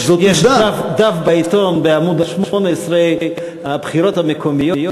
יש בעמוד 18 בעיתון: הבחירות המקומיות,